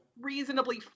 reasonably